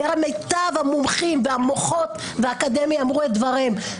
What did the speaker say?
והרי מיטב המומחים והמומחות והאקדמיה אמרו את דבריהם.